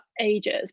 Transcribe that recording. ages